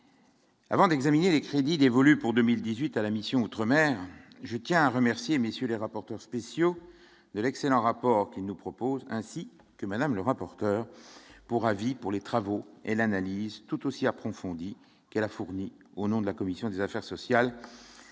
Avant d'examiner les crédits dévolus pour 2018 à la mission outre-mer je tiens à remercier messieurs les rapporteurs spéciaux de l'excellent rapport qui nous propose ainsi que Madame le rapporteur pour avis, pour les travaux et l'analyse tout aussi approfondie qu'elle a fourni au nom de la commission des affaires sociales